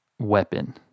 weapon